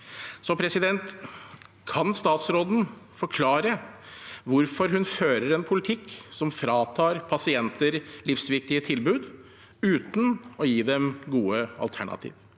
offentlige. Kan statsråden forklare hvorfor hun fører en politikk som fratar pasienter livsviktige tilbud, uten å gi dem gode alternativer?